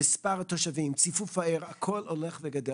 מרגע שהרכבת מתחילה לנסוע, זה עולה בסדרי גודל.